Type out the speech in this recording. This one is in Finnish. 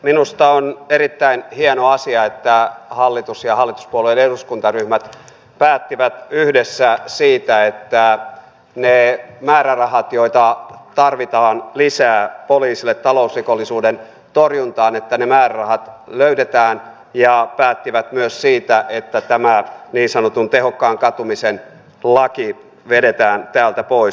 minusta on erittäin hieno asia että hallitus ja hallituspuolueiden eduskuntaryhmät päättivät yhdessä siitä että ne määrärahat joita tarvitaan lisää poliisille talousrikollisuuden torjuntaan löydetään ja myös siitä että tämä niin sanotun tehokkaan katumisen laki vedetään täältä pois